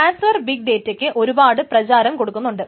transfer big ഡേറ്റക്ക് ഒരുപാട് പ്രചാരം കൊടുക്കുന്നുണ്ട്